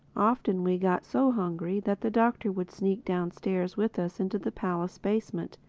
often we got so hungry that the doctor would sneak downstairs with us into the palace basement,